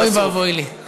אוי ואבוי לי.